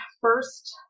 first